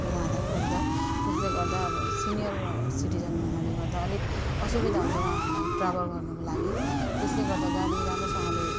जाँदा पुग्दा त्यसै गर्दा अब सिनियर सिटिजन हुनाले गर्दा अलिक असुविधा हुन्छ उहाँहरूलाई ट्राभल गर्नुको लागि त्यसले गर्दा गाडी राम्रोसँगले